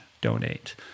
donate